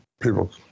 people